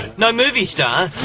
no movie star,